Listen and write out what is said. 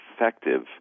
effective